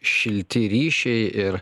šilti ryšiai ir